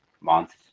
months